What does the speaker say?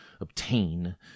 obtain